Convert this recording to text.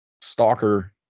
Stalker